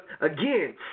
again